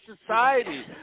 society